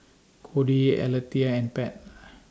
Codie Alethea and Pat